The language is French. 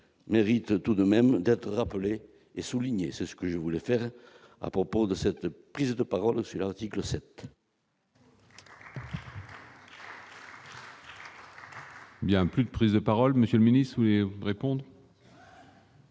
mérite tout de même d'être rappelé et souligner ce que je voulais faire à propos de cette prise de parole sur article 7.